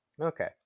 Okay